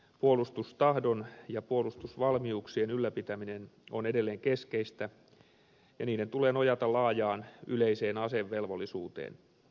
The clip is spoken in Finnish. puolustustahdon ja puolustusvalmiuksien ylläpitäminen on edelleen keskeistä ja niiden tulee nojata laajaan yleiseen asevelvollisuuteen